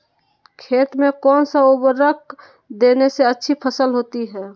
खेत में कौन सा उर्वरक देने से अच्छी फसल होती है?